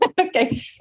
okay